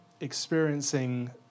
experiencing